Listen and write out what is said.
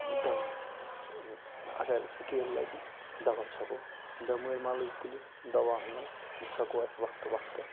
دَوہٕچ اگر سکیپ لَگہِ دَوا چھَکو بیٚمٲرۍ ما لٔج کُلِس دَوا اَنو یہِ چھَکو اَسہِ وَقتہٕ وقتہٕ